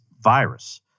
virus